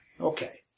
Okay